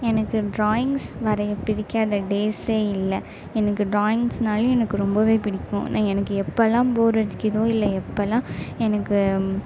எனக்கு ட்ராயிங்ஸ் வரைய பிடிக்காத டேஸ்சே இல்லை எனக்கு ட்ராயிங்ஸ்னாலே எனக்கு ரொம்பவே பிடிக்கும் நா எனக்கு எப்பெலாம் போர் அடிக்குதோ இல்லை எப்பெலாம் எனக்கு